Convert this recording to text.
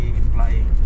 implying